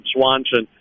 Swanson